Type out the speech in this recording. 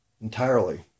entirely